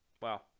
Wow